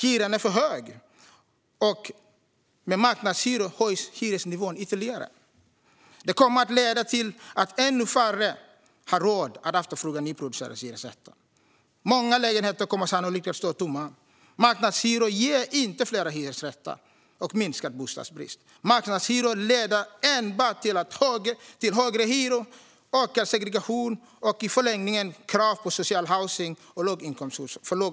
Hyran är för hög, och med marknadshyror höjs hyresnivån ytterligare. Det kommer att leda till att ännu färre har råd att efterfråga nyproducerade hyresrätter. Många lägenheter kommer sannolikt att stå tomma. Marknadshyror ger inte fler hyresrätter och minskad bostadsbrist. Marknadshyror leder enbart till högre hyror, ökad segregation och i förlängningen krav på social housing för låginkomsthushåll.